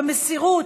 במסירות,